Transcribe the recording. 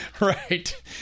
right